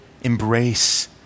embrace